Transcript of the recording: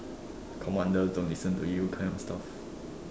commander don't listen to you kind of stuff